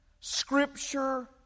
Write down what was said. Scripture